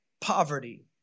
poverty